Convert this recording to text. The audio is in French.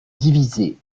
divisée